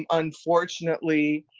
um unfortunately,